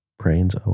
Brains